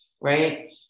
right